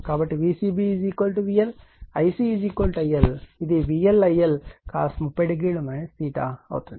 కాబట్టి Vcb VL Ic IL ఇది VLIL cos 300 ఇది అవుతుంది